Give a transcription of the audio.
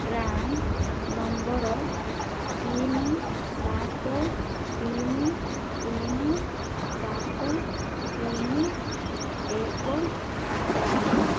PRAN number ତିନି ସାତ ତିନି ତିନି ସାତ ତିନି ଏକ ଚାରି